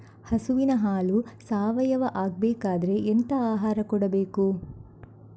ಹಸುವಿನ ಹಾಲು ಸಾವಯಾವ ಆಗ್ಬೇಕಾದ್ರೆ ಎಂತ ಆಹಾರ ಕೊಡಬೇಕು?